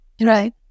Right